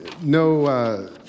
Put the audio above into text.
no